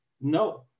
No